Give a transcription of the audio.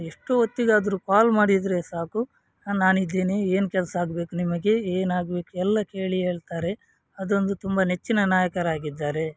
ಎಷ್ಟು ಹೊತ್ತಿಗಾದ್ರೂ ಕಾಲ್ ಮಾಡಿದರೆ ಸಾಕು ಹಾಂ ನಾನು ಇದ್ದೀನಿ ಏನು ಕೆಲ್ಸಾಗ್ಬೇಕು ನಿಮಗೆ ಏನಾಗ್ಬೇಕು ಎಲ್ಲ ಕೇಳಿ ಹೇಳ್ತಾರೆ ಅದೊಂದು ತುಂಬ ನೆಚ್ಚಿನ ನಾಯಕರಾಗಿದ್ದಾರೆ